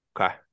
Okay